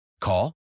Call